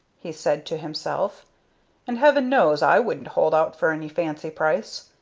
he said to himself and heaven knows i wouldn't hold out for any fancy price.